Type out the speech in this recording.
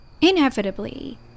Inevitably